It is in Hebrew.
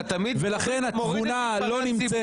ולכן התבונה לא נמצאת אצלנו.